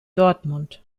dortmund